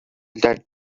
that